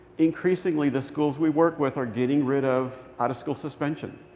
increasingly, the schools we work with are getting rid of out-of-school suspension.